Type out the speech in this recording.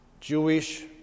Jewish